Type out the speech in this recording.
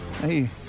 Hey